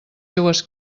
seues